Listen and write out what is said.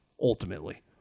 ultimately